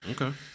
Okay